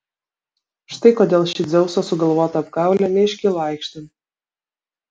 štai kodėl ši dzeuso sugalvota apgaulė neiškilo aikštėn